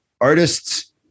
artists